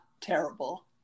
terrible